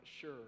sure